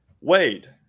Wade